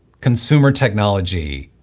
consumer technology,